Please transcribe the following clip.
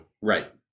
Right